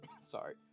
Sorry